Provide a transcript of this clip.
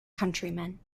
countrymen